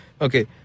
Okay